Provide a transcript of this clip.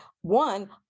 one